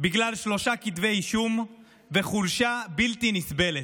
בגלל שלושה כתבי אישום וחולשה בלתי נסבלת.